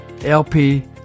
LP